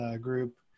group